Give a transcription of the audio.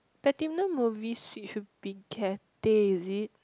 platinum movie suite should be Cathay is it